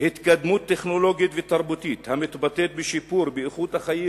"התקדמות טכנולוגית ותרבותית המתבטאת בשיפור באיכות החיים